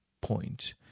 point